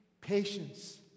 patience